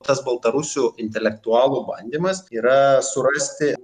tas baltarusių intelektualų bandymas yra surasti